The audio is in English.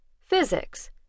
Physics